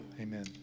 Amen